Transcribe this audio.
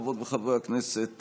חברות וחברי הכנסת,